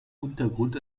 untergrund